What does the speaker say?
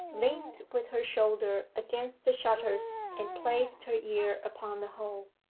leant with her shoulder against the shutters and placed her ear upon the hole.